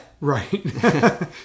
Right